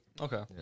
Okay